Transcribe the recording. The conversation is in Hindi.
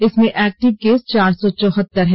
इसमें एक्टिव केस चार सौ चौहत्तर है